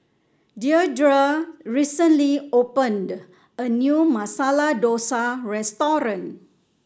Deirdre recently opened a new Masala Dosa restaurant